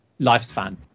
lifespan